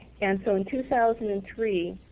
and so in two thousand and three,